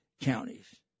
counties